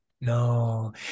No